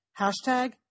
hashtag